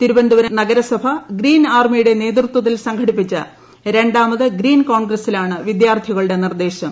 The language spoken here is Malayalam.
തിരുവനന്തപുരം നഗരസഭ ഗ്രീൻ ആർമിയുടെ നേതൃത്വത്തിൽ സംഘടിപ്പിച്ച രണ്ടാമത് ഗ്രീൻ കോൺഗ്രസിലാണ് വിദ്യാർഥികളുടെ നിർദ്ദേശം